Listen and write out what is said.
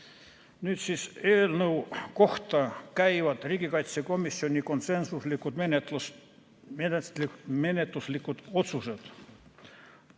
Nüüd eelnõu kohta käivad riigikaitsekomisjoni konsensuslikud menetluslikud otsused.